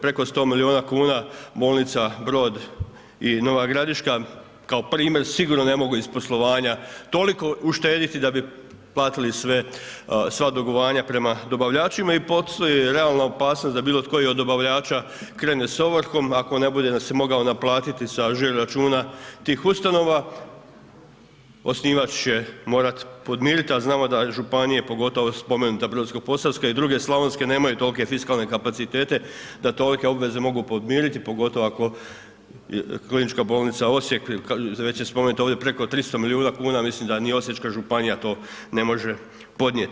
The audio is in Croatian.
Preko 100 milijuna kuna bolnica Brod i Nova Gradiška kao primjer sigurno ne mogu iz poslovanja toliko uštediti da bi latili sva dugovanja prema dobavljačima i postoji realna opasnost da bilo tko i od dobavljača krene s ovrhom ako ne bude se mogao naplatiti sa žiro računa tih ustanova, osnivač će morat podmiriti a znamo da županije pogotovo spomenuta Brodsko-posavska i druge slavonske nemaju tolike fiskalne kapacitete da to tolike obveze mogu podmiriti pogotovo ako KB Osijek, već je spomenuta ovdje, preko 300 milijuna kuna mislim da ni Osječka županija to ne može podnijeti.